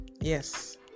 Yes